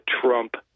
Trump